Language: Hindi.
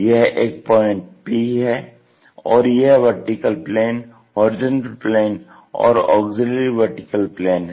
यह एक पॉइंट P है और यह वर्टिकल प्लेन हॉरिजेंटल प्लेन और ऑग्ज़िल्यरी वर्टीकल प्लेन हैं